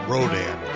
Rodan